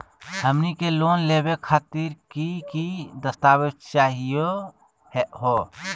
हमनी के लोन लेवे खातीर की की दस्तावेज चाहीयो हो?